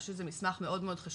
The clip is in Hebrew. אני חושבת שזה מסמך מאוד חשוב.